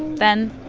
then.